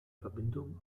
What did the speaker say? verbindung